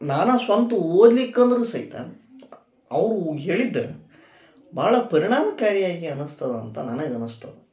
ನಾನೇ ಸ್ವಂತ ಓದ್ಲಿಕ್ಕೆ ಅಂದರೂ ಸಹಿತ ಅವು ಹೇಳಿದ್ದು ಭಾಳ ಪರಿಣಾಮಕಾರಿಯಾಗಿ ಅನಿಸ್ತದ ಅಂತ ನನಗೆ ಅನಿಸ್ತು